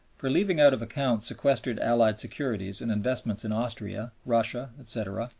for leaving out of account sequestered allied securities and investments in austria, russia, etc,